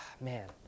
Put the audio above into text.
man